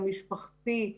המשפחתי.